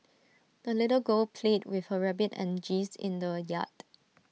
the little girl played with her rabbit and geese in the yard